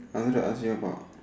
I wanted to ask you about